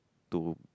to